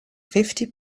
fifty